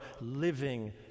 living